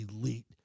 elite